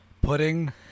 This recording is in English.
Pudding